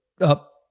up